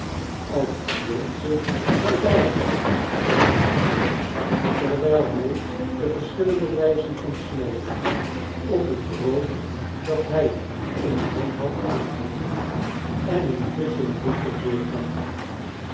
als lyonsche saucijs zei jean baptist terwijl hij charles dickens de verschillende wijzen van snijden op het brood dat hij in de hand had aangaf en intusschen rustig